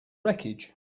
wreckage